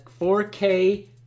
4K